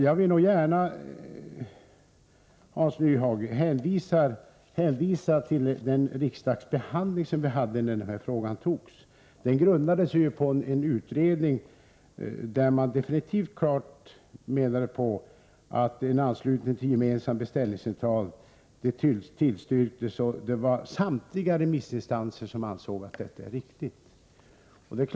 Jag vill gärna, Hans Nyhage, hänvisa till den riksdagsbehandling i frågan där beslutet fattades. Det grundade sig på en utredning där man klart tillstyrkte förslaget om anslutning till en gemensam beställningscentral. Samtliga remissinstanser ansåg att detta var riktigt.